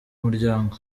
muryango